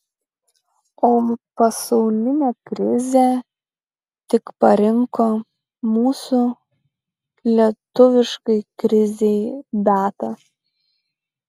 o pasaulinė krizė tik parinko mūsų lietuviškai krizei datą